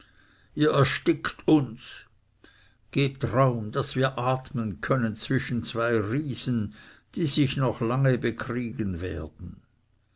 ihr erstickt uns gebt raum daß wir atmen können zwischen zwei riesen die sich noch lange bekriegen werden